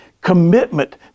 commitment